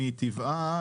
מטבעה,